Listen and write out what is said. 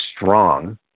strong